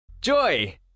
Joy